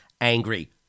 Angry